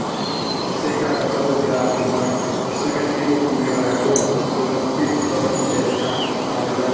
ऐसे का फसल ला हमर फसल के तीर मे लगाबो जोन कीट प्रबंधन के काम आवेदन?